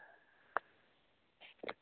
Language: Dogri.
ठीक